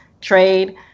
trade